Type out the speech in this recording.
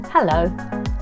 Hello